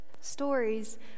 Stories